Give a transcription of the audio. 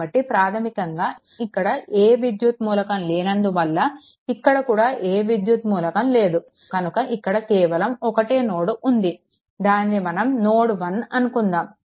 కాబట్టి ప్రాధమికంగా ఇక్కడ ఏ విద్యుత్ మూలకం లేనందు వల్ల ఇక్కడ కూడా ఏ విద్యుత్ మూలకం లేదు కనుక ఇక్కడ కేవలం ఒక్కటే నోడ్ ఉంది దానిని మనం నోడ్1 అనుకుందాము